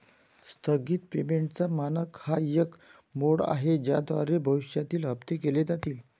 स्थगित पेमेंटचा मानक हा एक मोड आहे ज्याद्वारे भविष्यातील हप्ते केले जातील